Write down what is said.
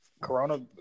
Corona